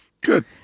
Good